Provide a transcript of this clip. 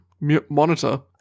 monitor